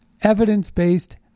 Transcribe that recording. evidence-based